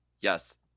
Yes